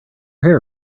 hair